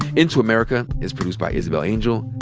into america is produced by isabel angel,